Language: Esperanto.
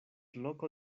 loko